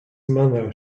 mother